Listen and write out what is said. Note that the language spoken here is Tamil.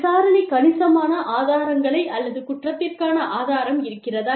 விசாரணை கணிசமான ஆதாரங்களை அல்லது குற்றத்திற்கான ஆதாரம் இருக்கிறதா